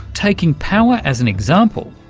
taking power as an example,